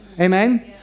Amen